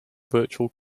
virtual